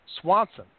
Swanson